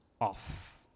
off